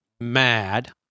mad